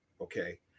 okay